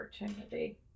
opportunity